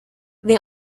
they